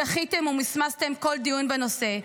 דחיתם ומסמסתם כל דיון בנושא.